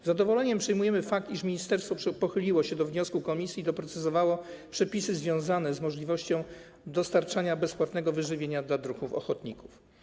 Z zadowoleniem przyjmujemy fakt, iż ministerstwo przychyliło się do wniosku komisji i doprecyzowało przepisy związane z możliwością dostarczania bezpłatnego wyżywienia dla druhów ochotników.